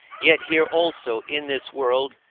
yet here also, in this world,